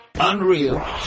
Unreal